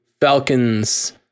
Falcon's